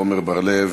עמר בר-לב,